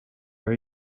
are